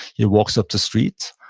he walks up the streets,